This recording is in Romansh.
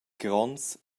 gronds